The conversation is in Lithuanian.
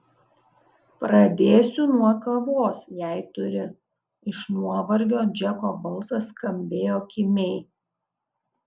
pradėsiu nuo kavos jei turi iš nuovargio džeko balsas skambėjo kimiai